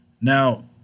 now